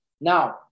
Now